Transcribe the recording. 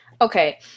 okay